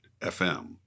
FM